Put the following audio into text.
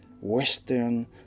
Western